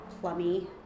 plummy